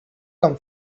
come